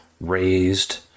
raised